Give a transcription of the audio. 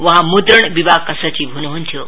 वहाँ मुदुण विभागका सचिव हुनुहुन्थ्यो